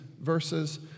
verses